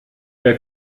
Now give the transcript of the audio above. der